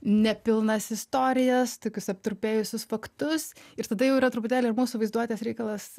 nepilnas istorijas tokius aptrupėjusius faktus ir tada jau yra truputėlį ir mūsų vaizduotės reikalas